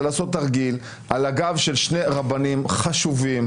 זה לעשות תרגיל על הגב של שני רבנים חשובים,